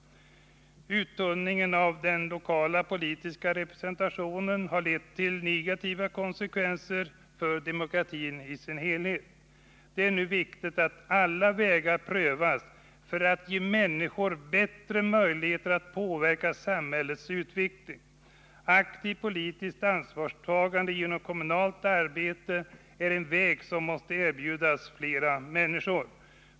Uttunningen av den lokala politiska representationen har lett till negativa konsekvenser för demokratin i dess helhet. Det är nu viktigt att alla vägar prövas för att ge människor bättre möjligheter att påverka samhällets utveckling. Aktivt politiskt ansvarstagande genom kommunalt arbete är en väg som måste erbjudas flera människor.